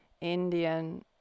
Indian